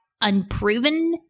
unproven